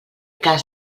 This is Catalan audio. cas